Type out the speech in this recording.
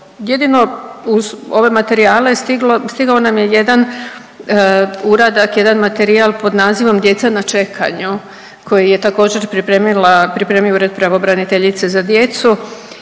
jedino uz ove materijale stiglo, stigao nam je jedan uradak, jedan materijal pod nazivom Djeca na čekanju koji je također pripremila, pripremio Ured pravobraniteljice za djecu.